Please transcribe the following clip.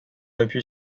appui